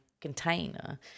container